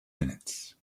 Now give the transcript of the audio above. minutes